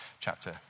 chapter